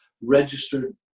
registered